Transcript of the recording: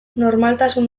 normaltasun